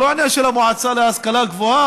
זה לא עניין של המועצה להשכלה גבוהה,